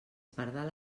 pardal